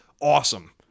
Awesome